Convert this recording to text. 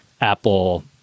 Apple